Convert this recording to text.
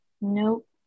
Nope